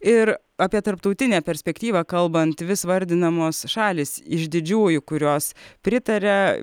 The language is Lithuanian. ir apie tarptautinę perspektyvą kalbant vis vardinamos šalys iš didžiųjų kurios pritaria